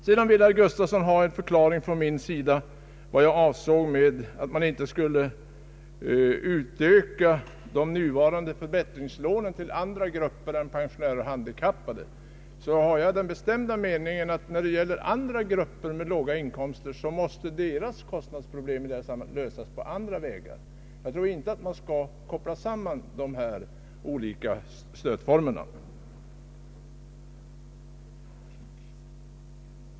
Herr Gustafsson vill att jag skall förklara vad jag avsåg med att man inte skulle utöka de nuvarande förbättringslånen till andra grupper än pensionärer och handikappade. Jag har den bestämda meningen att kostnadsproblemet för andra grupper med låga inkomster måste lösas på andra vägar. Jag tror inte att man skall koppla samman dessa olika stödformer.